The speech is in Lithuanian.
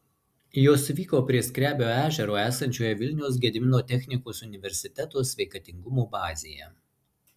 jos vyko prie skrebio ežero esančioje vilniaus gedimino technikos universiteto sveikatingumo bazėje